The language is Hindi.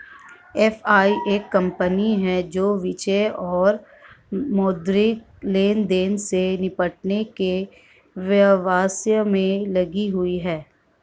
एफ.आई एक कंपनी है जो वित्तीय और मौद्रिक लेनदेन से निपटने के व्यवसाय में लगी हुई है